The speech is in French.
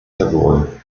savoureux